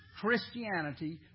Christianity